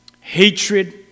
hatred